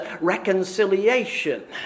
reconciliation